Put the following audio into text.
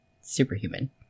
superhuman